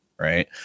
right